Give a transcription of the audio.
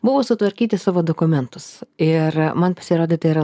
buvo sutvarkyti savo dokumentus ir man pasirodė tai yra